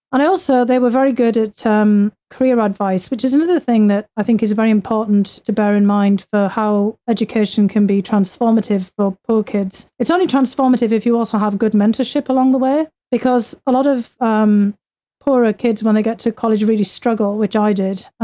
and also, they were very good at um career advice, which is another thing that i think is very important to bear in mind for how education can be transformative but for poor kids. it's only transformative if you also have good mentorship along the way, because a lot of um poor kids when they get to college, really struggle which i did,